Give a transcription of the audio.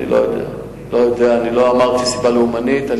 אני לא יודע, אני לא אמרתי סיבה לאומנית.